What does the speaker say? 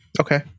Okay